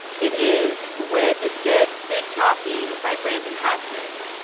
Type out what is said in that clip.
it is, where the dead sit talking, by brandon hobson.